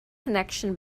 connection